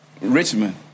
Richmond